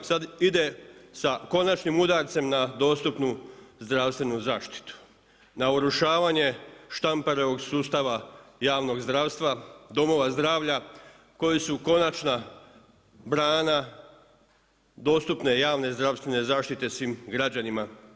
Sad ide sa konačnim udarcem na dostupnu zdravstvenu zaštitu, na urušavanje Štamparovog sustava, javnog zdravstva domova zdravlja, koja su konačna brana dostupne javne zdravstvene zaštite svim građanima.